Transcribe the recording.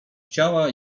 ciała